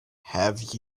have